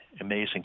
amazing